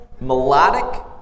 Melodic